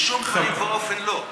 בשום פנים ואופן לא.